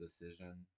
decision